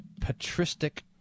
patristic